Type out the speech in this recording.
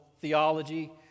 theology